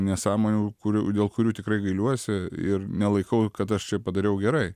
nesąmonių kurių dėl kurių tikrai gailiuosi ir nelaikau kad aš čia padariau gerai